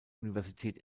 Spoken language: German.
universität